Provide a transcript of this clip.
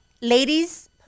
ladies